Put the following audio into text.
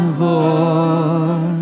voice